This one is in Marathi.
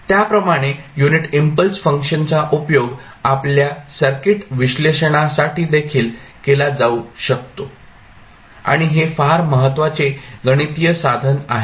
त्याप्रमाणे युनिट इम्पल्स फंक्शनचा उपयोग आपल्या सर्किट विश्लेषणासाठी देखील केला जाऊ शकतो आणि हे फार महत्वाचे गणितीय साधन आहे